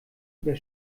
über